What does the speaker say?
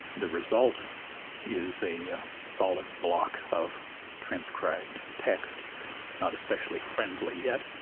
the result is a solid block of transcribed text not especially friendly yet